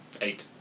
Eight